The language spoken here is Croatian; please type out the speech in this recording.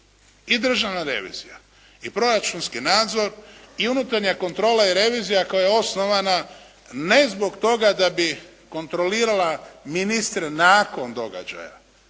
i Državna revizija i proračunski nadzor i unutarnja kontrola i revizija koja je osnovana ne zbog toga da bi kontrolirala ministre nakon događaja